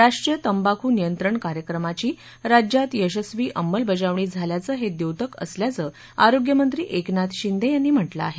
राष्ट्रीय तंबाखू नियंत्रण कार्यक्रमाची राज्यात यशस्वी अंमलबजावणी झाल्याचं हे द्योतक असल्याचं आरोग्यमंत्री एकनाथ शिंदे यांनी म्हटलं आहे